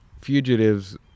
fugitives